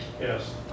Yes